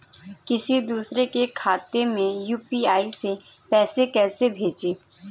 किसी दूसरे के खाते में यू.पी.आई से पैसा कैसे भेजें?